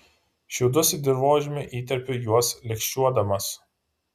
šiaudus į dirvožemį įterpiu juos lėkščiuodamas